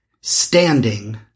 standing